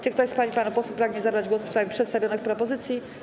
Czy ktoś z pań i panów posłów pragnie zabrać głos w sprawie przedstawionych propozycji?